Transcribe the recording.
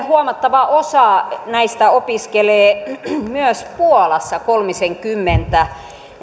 huomattava osa muuten opiskelee myös puolassa kolmisenkymmentä